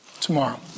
Tomorrow